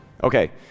Okay